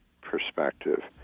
perspective